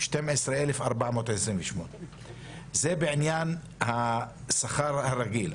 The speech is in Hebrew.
12,428. זה בעניין השכר הרגיל,